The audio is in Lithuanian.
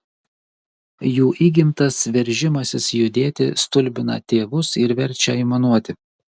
jų įgimtas veržimasis judėti stulbina tėvus ir verčia aimanuoti